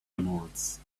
emeralds